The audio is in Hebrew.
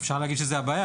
אפשר להגיד שזו הבעיה,